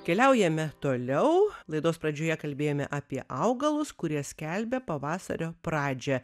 keliaujame toliau laidos pradžioje kalbėjome apie augalus kurie skelbia pavasario pradžią